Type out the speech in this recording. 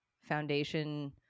foundation